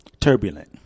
turbulent